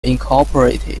incorporated